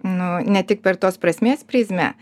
nu ne tik per tos prasmės prizmę